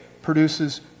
Produces